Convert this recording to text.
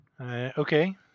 Okay